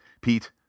Pete